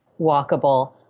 walkable